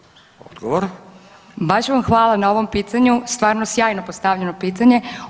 Baš vam hvala na ovom pitanju, stvarno sjajno postavljeno pitanje.